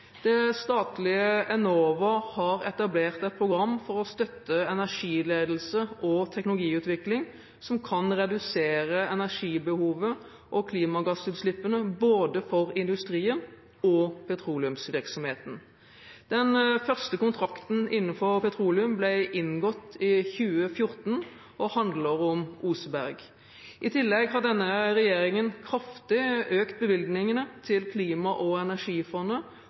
Det statlige Enova har etablert et program for å støtte energiledelse og teknologiutvikling som kan redusere energibehovet og klimagassutslippene både for industrien og for petroleumsvirksomheten. Den første kontrakten innenfor petroleum ble inngått i 2014 og handler om Oseberg. I tillegg har denne regjeringen kraftig økt bevilgningene til Klima- og energifondet